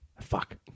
Fuck